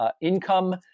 income